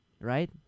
right